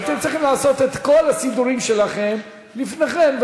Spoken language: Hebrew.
הייתם צריכים לעשות את כל הסידורים שלכם לפני כן,